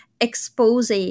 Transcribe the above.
expose